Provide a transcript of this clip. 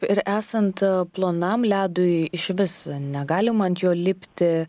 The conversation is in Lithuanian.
ir esant plonam ledui išvis negalima ant jo lipti